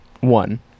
one